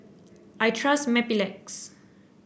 I trust Mepilex